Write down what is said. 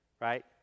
right